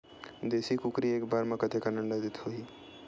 देशी कुकरी एक बार म कतेकन अंडा देत होही?